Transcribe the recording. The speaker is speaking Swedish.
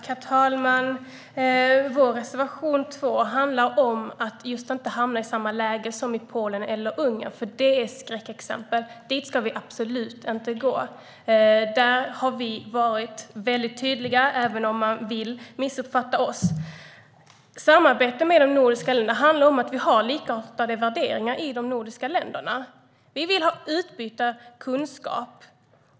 Herr talman! Vår reservation 2 handlar om att man inte ska hamna i samma läge som i Polen eller Ungern, för det är skräckexempel. Dit ska vi absolut inte gå. Det har vi varit väldigt tydliga med, även om man vill missuppfatta oss. Samarbete med de nordiska länderna handlar om man har likartade värderingar. Vi vill ha utbyte av kunskap.